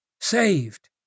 saved